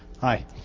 Hi